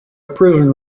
prison